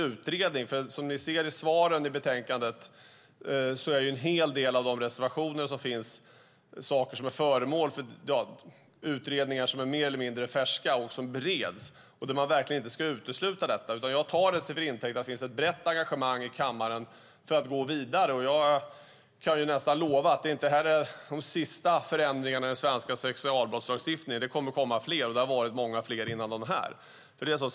Som ni ser av svaren i betänkandet rör en hel del av reservationerna frågor som är föremål för mer eller mindre färska utredningar som bereds. Frågorna ska verkligen inte uteslutas. Jag tar det till intäkt för att det råder ett brett engagemang i kammaren för att gå vidare. Jag kan nästan lova att det här inte är de sista förändringarna i den svenska sexualbrottslagstiftningen. Det kommer att komma fler, och det har varit många innan dessa.